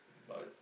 but